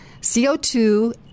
CO2